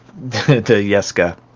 Yeska